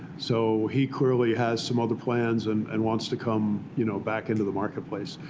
so he clearly has some other plans and and wants to come you know back into the marketplace.